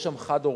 יש שם חד-הוריות,